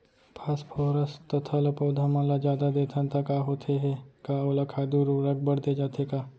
Phosphorus तथा ल पौधा मन ल जादा देथन त का होथे हे, का ओला खाद उर्वरक बर दे जाथे का?